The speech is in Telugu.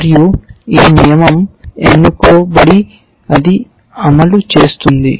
మరియు ఈ నియమం ఎన్నుకోబడి అది అమలు చేస్తుంది